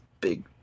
big